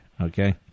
okay